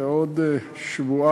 זה עוד שבועיים,